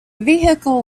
vehicle